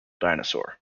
dinosaur